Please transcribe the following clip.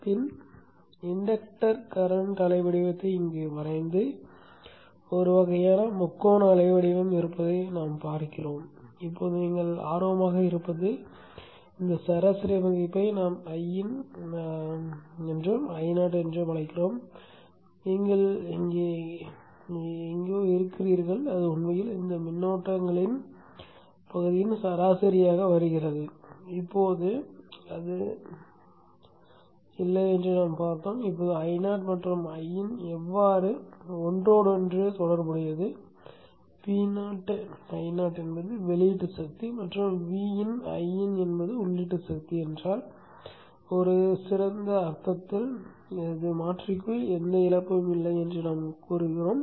பின் inductor current அலைவடிவத்தை இங்கே வரைந்து ஒரு வகையான முக்கோண அலைவடிவம் இருப்பதைப் பார்த்தோம்